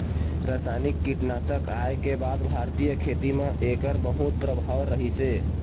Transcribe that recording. रासायनिक कीटनाशक आए के बाद भारतीय खेती म एकर बहुत प्रभाव रहीसे